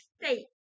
state